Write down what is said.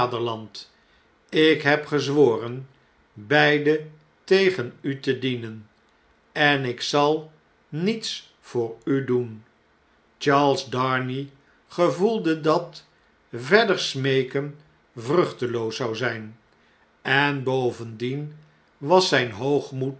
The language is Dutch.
ik heb gezworen beide tegen u te dienen en ik zal niets voor u doen charles darnay gevoelde dat verder smeeken vruchteloos zou zijn en bovendien was zjjn hoogmoed